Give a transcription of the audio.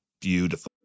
Beautiful